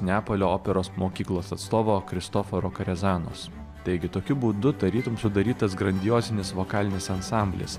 neapolio operos mokyklos atstovo kristoforo karezanos taigi tokiu būdu tarytum sudarytas grandiozinis vokalinis ansamblis